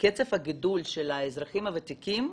שקצב הגידול של האזרחים הוותיקים,